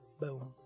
Boom